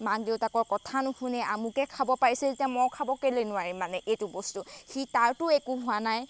মাক দেউতাকৰ কথা নুশুনে আমুকে খাব পাৰিছে যেতিয়া মই খাব কেলৈ নোৱাৰিম মানে এইটো বস্তু সি তাৰতো একো হোৱা নাই